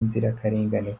inzirakarengane